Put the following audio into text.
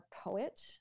poet